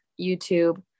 YouTube